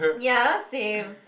ya same